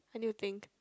what do you think